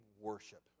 worship